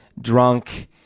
drunk